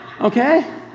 Okay